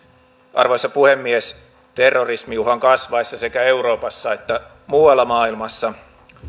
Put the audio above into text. arvoisa puhemies terrorismiuhan kasvaessa sekä euroopassa että muualla maailmassa